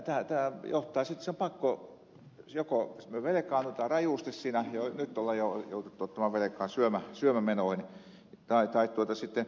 tämä johtaa siihen jotta on pakko joko velkaantua rajusti jo nyt on jouduttu ottamaan velkaa syömämenoihin tai sitten palvelut heikkenevät